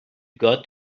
got